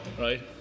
right